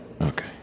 Okay